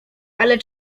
ale